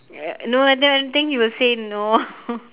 uh no I didn't even think he would say no